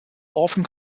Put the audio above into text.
often